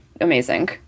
amazing